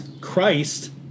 christ